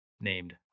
named